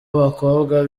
abakobwa